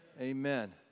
Amen